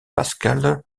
pascale